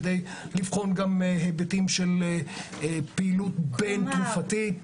כדי לבחון גם היבטים של פעילות בין-תרופתית.